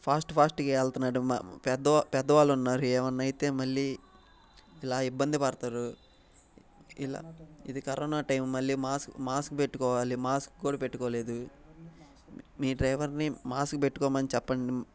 fast ఫాస్ట్గా వెళ్తూన్నాడు పెద్దవాళ్ళు ఉన్నారు ఏవన్నా అయితే మళ్ళీ ఇలా ఇబ్బంది పడతారు ఇలా ఇది కరోనా టైమ్ మళ్ళీ మాస్క్ మాస్క్ పెట్టుకోవాలి మాస్క్ కూడా పెట్టుకోలేదు మీ డ్రైవర్ని మాస్క్ పెట్టుకోమని చెప్పండి